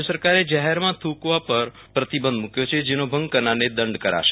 રાજય સરકારે જાહેરમાં થુંકવા પર પ્રતિબંધ મુક્યો છેજેનો ભંગ કરનારને દંડ કરાશે